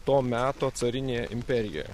to meto carinėje imperijoje